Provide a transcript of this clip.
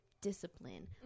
discipline